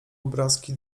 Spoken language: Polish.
obrazki